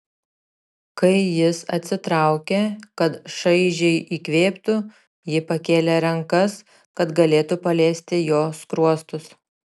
kai jis atsitraukė kad šaižiai įkvėptų ji pakėlė rankas kad galėtų paliesti jo skruostus